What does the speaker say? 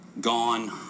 gone